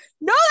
no